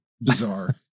bizarre